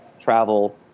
travel